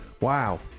Wow